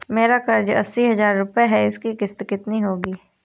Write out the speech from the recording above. मेरा कर्ज अस्सी हज़ार रुपये का है उसकी किश्त कितनी होगी?